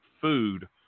food